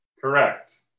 Correct